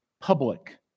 public